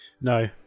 No